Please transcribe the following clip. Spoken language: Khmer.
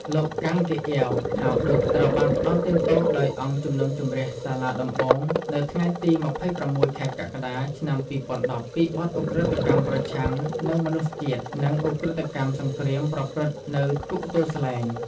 លោកកាំង ហ្កេកអ៊ាវ ហៅឌុច ត្រូវបានផ្តន្ទាទោសដោយអង្គជំនុំជម្រះសាលាដំបូងនៅថ្ងៃទី២៦ ខែកក្កដា ឆ្នាំ២០១០ពីបទឧក្រិដ្ឋកម្មប្រឆាំងនឹងមនុស្សជាតិ និងឧក្រិដ្ឋកម្មសង្គ្រាមប្រព្រឹត្តនៅគុកទួលស្លែង។